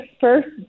first